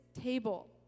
table